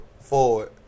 forward